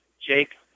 Jake